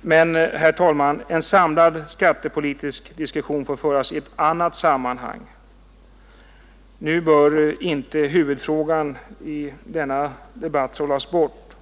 Men, herr talman, en samlad skattepolitisk diskussion får föras i ett annat sammanhang. Nu bör inte huvudfrågan i denna debatt trollas bort.